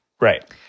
Right